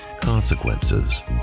consequences